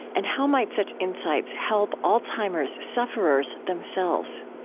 and how might such insights help alzheimer's sufferers themselves?